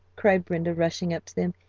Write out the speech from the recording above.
cried brenda, rushing up to them,